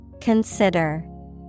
Consider